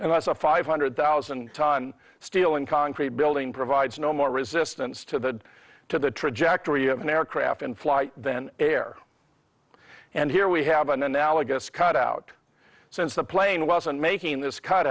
as a five hundred thousand ton steel and concrete building provides no more resistance to the to the trajectory of an aircraft in flight than air and here we have an analogous cutout since the plane wasn't making this cut